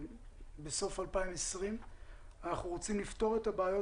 בסוף 2020. אנחנו רוצים לפתור את הבעיות